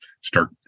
start